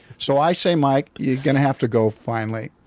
so i say, mike, you're gonna have to go, finally.